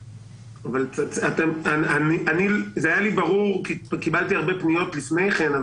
זה היה לי ברור כי קיבלתי הרבה פניות לפני כן,